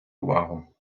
увагу